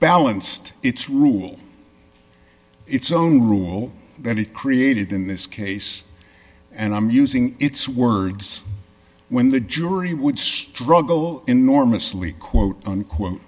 balanced its rule its own rule that it created in this case and i'm using its words when the jury would struggle enormously quote unquote